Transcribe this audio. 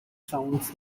sounds